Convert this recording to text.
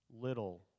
little